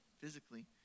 physically